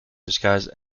disguised